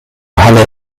halle